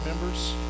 members